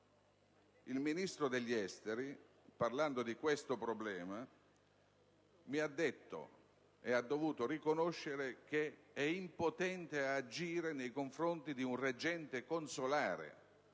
Il Ministro degli affari esteri, parlando di questo problema, ha dovuto riconoscere che è impotente ad agire nei confronti di un reggente consolare.